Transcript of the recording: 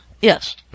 Yes